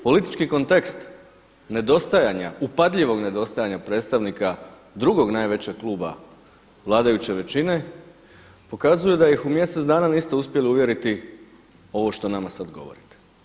Politički kontekst nedostajanja, upadljivog nedostajanja predstavnika drugog najvećeg kluba vladajuće većine pokazuje da ih u mjesec dana niste uspjeli uvjeriti ovo što nama sad govorite.